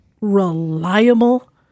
reliable